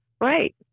Right